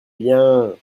bien